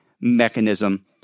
mechanism